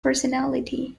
personality